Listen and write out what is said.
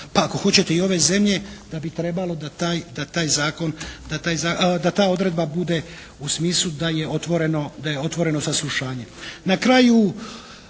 pa ako hoćete i ove zemlje da bi trebalo da taj zakon, da ta odredba bude u smislu da je otvoreno saslušanje.